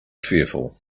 fearful